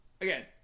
again